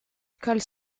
école